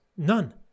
None